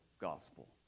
gospel